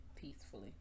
peacefully